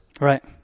Right